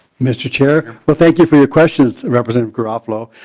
mr. chair but thank you for the question representative garofalo.